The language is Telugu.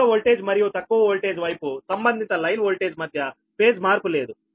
అధిక వోల్టేజ్ మరియు తక్కువ వోల్టేజ్ వైపు సంబంధిత లైన్ వోల్టేజ్ మధ్య ఫేజ్ మార్పు లేదు